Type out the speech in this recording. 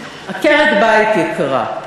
עקרת-בית יקרה,